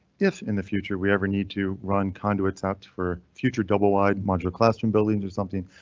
if in the future we ever need to run conduits out for future double wide modular classroom buildings or something,